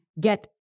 get